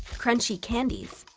crunchy candies,